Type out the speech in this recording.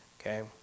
Okay